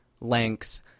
length